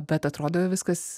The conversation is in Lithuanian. bet atrodo viskas